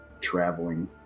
traveling